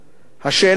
השאלה הזאת